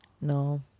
No